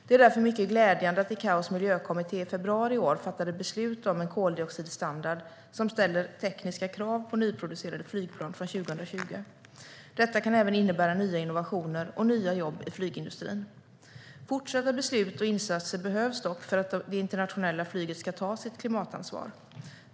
Det är därför mycket glädjande att ICAO:s miljökommitté i februari i år fattade beslut om en koldioxidstandard som ställer tekniska krav på nyproducerade flygplan från 2020. Detta kan även innebära nya innovationer och nya jobb i flygindustrin. Fortsatta beslut och insatser behövs dock för att det internationella flyget ska ta sitt klimatansvar.